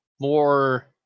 more